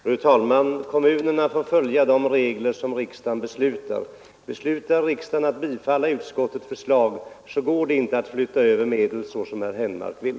Fru talman! Kommunerna får följa de regler som riksdagen beslutar. Beslutar riksdagen att bifalla utskottets förslag går det inte att flytta över medel så som herr Henmark vill.